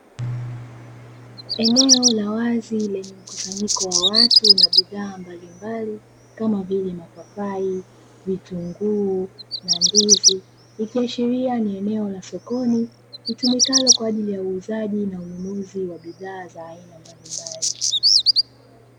Eneo la wazi lenye mkusanyiko wa watu na bidhaa mbalimbali kama vile mapapai, vitunguu, na ndizi ikiashiria ni eneo la sokoni, litumikalo kwaajili ya uuzaji na ununuzi wa bidhaa za aina mbalimbali.